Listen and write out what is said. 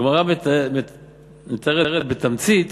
הגמרא מתארת בתמצית